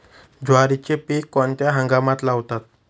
ज्वारीचे पीक कोणत्या हंगामात लावतात?